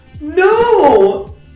No